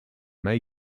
may